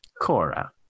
Cora